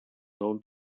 known